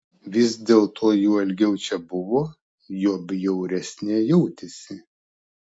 vis dėlto juo ilgiau čia buvo juo bjauresnė jautėsi